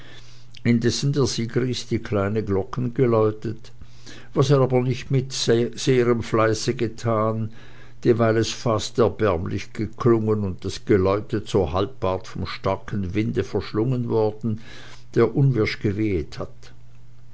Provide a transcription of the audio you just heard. indessen der sigrist die kleine glocken geläutet was er aber nicht mit sehrem fleiße gethan dieweil es fast erbärmlich geklungen und das geläute zur halbpart vom starken winde verschlungen worden der unwirsch gewehet hat